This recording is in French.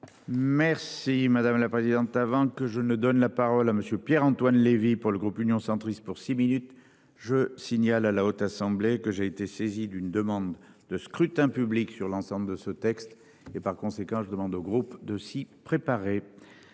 Merci. Si madame la présidente, avant que je ne donne la parole à Monsieur Pierre-Antoine Levi. Pour le groupe Union. Centriste pour six minutes. Je signale à la Haute Assemblée que j'ai été saisi d'une demande de scrutin public sur l'ensemble de ce texte et par conséquent, je demande au groupe de s'y préparer.